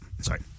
Sorry